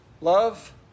Love